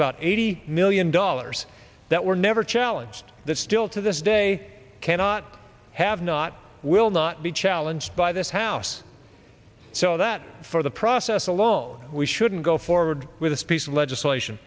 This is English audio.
about eighty million dollars that were never challenged that still to this day cannot have not will not be challenged by this house so that for the process alone we shouldn't go forward with this piece of legislation